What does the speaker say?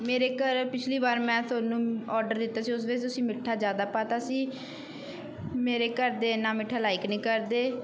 ਮੇਰੇ ਘਰ ਪਿਛਲੀ ਵਾਰ ਮੈਂ ਤੁਹਾਨੂੰ ਔਡਰ ਦਿੱਤਾ ਸੀ ਉਸ ਵਿੱਚ ਵਿੱਚ ਤੁਸੀਂ ਮਿੱਠਾ ਜ਼ਿਆਦਾ ਪਾਤਾ ਸੀ ਮੇਰੇ ਘਰ ਦੇ ਇੰਨਾ ਮਿੱਠਾ ਲਾਇਕ ਨਹੀਂ ਕਰਦੇ